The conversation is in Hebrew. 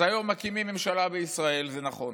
אז היום מקימים ממשלה בישראל, זה נכון,